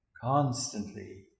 Constantly